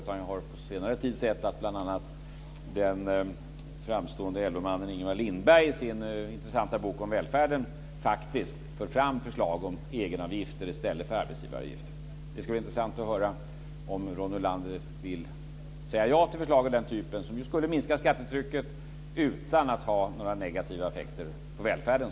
Jag har på senare tid sett att bl.a. den framstående LO-mannen Ingemar Lindberg i sin intressanta bok om välfärden faktiskt för fram förslag om egenavgifter i stället för arbetsgivaravgifter. Det skulle vara intressant att höra om Ronny Olander vill säga ja till förslag av den typen, som ju skulle minska skattetrycket utan att, såvitt jag förstår, ge några negativa effekter på välfärden.